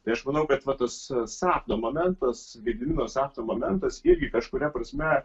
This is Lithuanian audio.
tai aš manau kad va tas sapno momentas gedimino sapno momentas irgi kažkuria prasme